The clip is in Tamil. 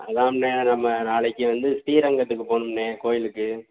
அதாம்ணே நம்ம நாளைக்கு வந்து ஸ்ரீரங்கத்துக்கு போகணும்ணே கோயிலுக்கு